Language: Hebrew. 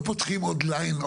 לא פותחים עוד ליין?